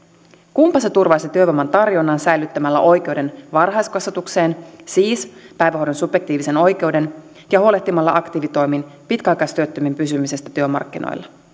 kunpa se turvaisi työvoiman tarjonnan säilyttämällä oikeuden varhaiskasvatukseen siis päivähoidon subjektiivisen oikeuden ja huolehtimalla aktiivitoimin pitkäaikaistyöttömien pysymisestä työmarkkinoilla